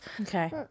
Okay